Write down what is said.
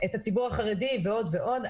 את הציבור החרדי ועוד ועוד.